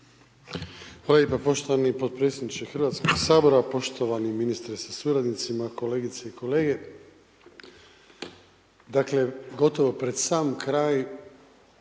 Hvala lijepa poštovani potpredsjedniče Hrvatskoga sabora, poštovani ministre sa suradnicima, kolegice i kolege. Dakle gotovo pred sam kraj